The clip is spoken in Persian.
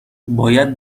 باید